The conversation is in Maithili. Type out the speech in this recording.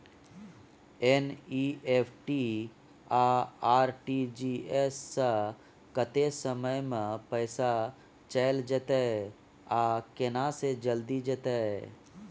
एन.ई.एफ.टी आ आर.टी.जी एस स कत्ते समय म पैसा चैल जेतै आ केना से जल्दी जेतै?